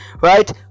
right